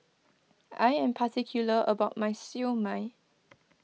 I am particular about my Siew Mai